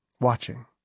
watching